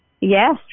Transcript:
Yes